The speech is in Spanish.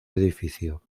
edificio